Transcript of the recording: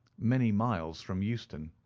many miles from euston.